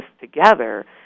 together